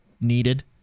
needed